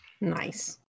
Nice